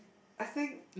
I think